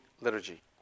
Liturgy